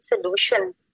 solution